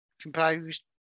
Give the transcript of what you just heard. composed